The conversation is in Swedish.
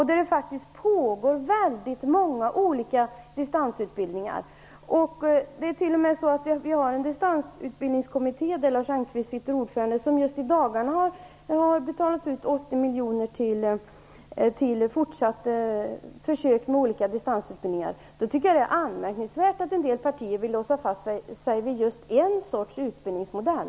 Det pågår många olika typer av distansutbildningar, och en distansutbildningskommitté med Lars Engqvist som ordförande har i dagarna betalat ut Det är mot den bakgrunden anmärkningsvärt att en del partier vill låsa fast sig för en viss utbildningsmodell.